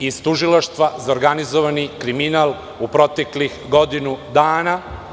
iz Tužilaštva za organizovani kriminal u proteklih godinu dana.